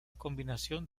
combinación